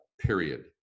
period